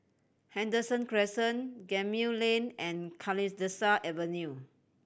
Henderson Crescent Gemmill Lane and Kalidasa Avenue